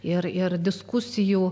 ir ir diskusijų